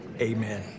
Amen